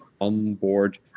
onboard